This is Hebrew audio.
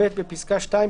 (ב)בפסקה (2),